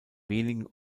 wenigen